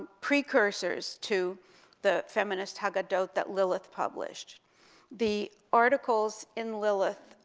precursors to the feminist haggadot that lilith published the articles in lilith,